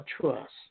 trust